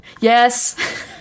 Yes